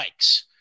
yikes